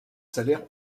salaires